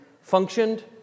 functioned